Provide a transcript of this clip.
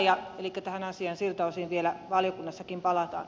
elikkä tähän asiaan siltä osin vielä valiokunnassakin palataan